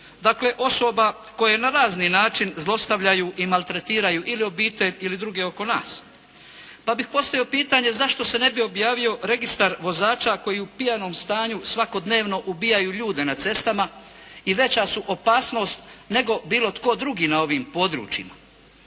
dakle osoba koje na razni način zlostavljaju i maltretiraju ili obitelji ili druge oko nas. Pa bih postavio pitanje zašto se ne bi objavio registar vozača koji u pijanom stanju svakodnevno ubijaju ljude na cestama i veća su opasnost nego bilo tko drugi na ovim područjima.